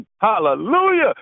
Hallelujah